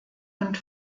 und